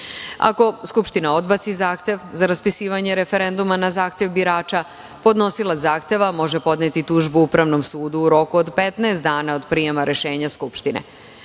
Skupština odbaci zahtev za raspisivanje referenduma na zahtev birača, podnosilac zahteva može podneti tužbu Upravnom sudu u roku od 15 dana od prijema rešenja Skupštine. Kada